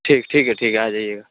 ٹھیک ٹھیک ہے ٹھیک ہے آ جائیے گا